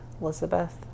Elizabeth